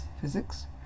physics